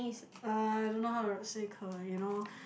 uh I don't know how to say 可：ke you know